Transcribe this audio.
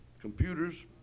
computers